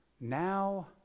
now